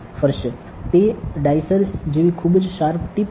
તે ડાઇસર જેવી ખૂબ જ શાર્પ ટીપ છે